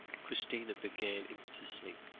christina began impetuously,